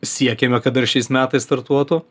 siekėme kad dar šiais metais startuotų